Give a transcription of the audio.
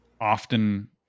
Often